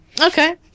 Okay